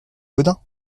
bodin